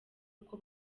uko